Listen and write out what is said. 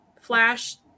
Flash